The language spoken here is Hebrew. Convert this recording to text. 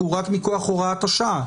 כי הוא רק מכוח הוראת השעה.